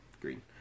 Green